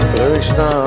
Krishna